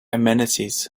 amenities